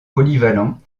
polyvalent